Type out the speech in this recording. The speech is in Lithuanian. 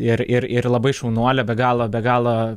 ir ir ir labai šaunuolė be galo be galo